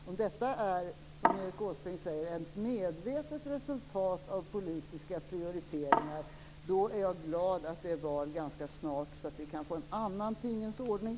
Om detta, som Erik Åsbrink säger, är ett resultat av medvetna politiska prioriteringar är jag glad att det är val ganska snart så att vi kan få en annan tingens ordning.